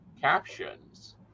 captions